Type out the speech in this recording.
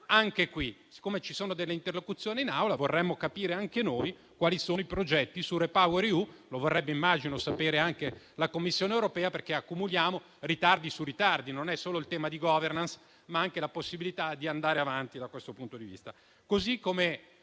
anche qui. Siccome ci sono delle interlocuzioni in Aula, vorremmo capire anche noi quali sono i progetti sul REPower EU: immagino che lo vorrebbe sapere anche la Commissione europea, visto che accumuliamo ritardi su ritardi. Non c'è solo il tema della *governance*, ma anche della possibilità di andare avanti da questo punto di vista.